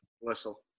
Whistle